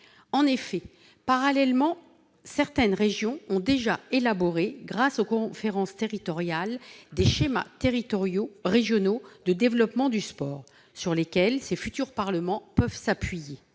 En effet, parallèlement, certaines régions ont déjà élaboré, grâce aux conférences territoriales, des schémas régionaux de développement du sport, les SRDS, sur lesquels les futurs parlements du sport